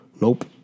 nope